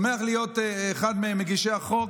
אני שמח להיות אחד ממגישי החוק.